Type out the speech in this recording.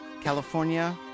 California